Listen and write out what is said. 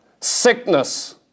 sickness